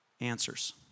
answers